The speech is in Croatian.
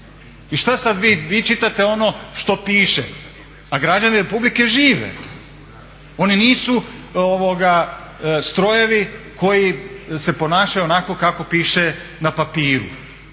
I šta sad vi, vi čitate ono što piše, a građani Republike Hrvatske žive. Oni nisu strojevi koji se ponašaju onako kako piše na papiru.